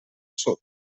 sud